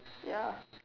ya